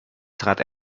sangat